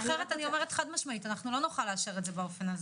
אחרת אני אומרת חד-משמעית שאנחנו לא נוכל לאשר את זה באופן הזה.